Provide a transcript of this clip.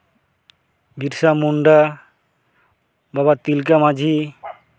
Birsa Munda Baba Tilka Majhi